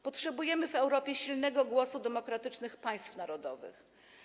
Potrzebujemy w Europie silnego głosu demokratycznych państw narodowych.